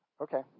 Okay